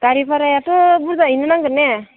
गारि भारायाथ' बुरजायैनो नांगोन ने